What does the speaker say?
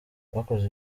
bakoze